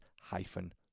hyphen